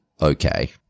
okay